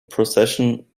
procession